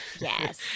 Yes